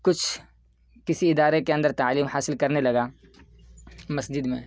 کچھ کسی ادارے کے اندر تعلیم حاصل کرنے لگا مسجد میں